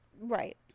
Right